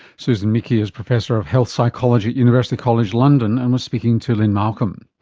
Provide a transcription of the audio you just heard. susan michie is professor of health psychology at university college london and was speaking to lynne malcolm.